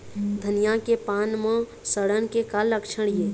धनिया के पान म सड़न के का लक्षण ये?